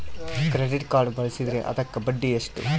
Credit card ಬಳಸಿದ್ರೇ ಅದಕ್ಕ ಬಡ್ಡಿ ಎಷ್ಟು?